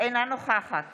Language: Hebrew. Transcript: אינה נוכחת